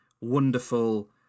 wonderful